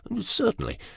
Certainly